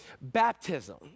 baptism